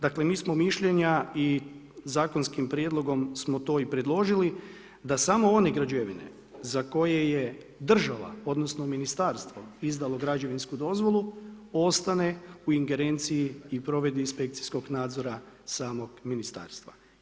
Dakle mi smo mišljenja i zakonskim prijedlogom smo to i predložili, da samo one građevine za koje je država odnosno ministarstvo izdalo građevinsku dozvolu, ostane u ingerenciji i provedbi inspekcijskog nadzora samog ministarstva.